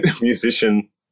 musician